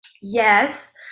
yes